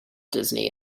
disney